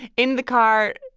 in the car.